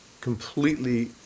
completely